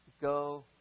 go